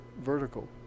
vertical